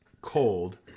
cold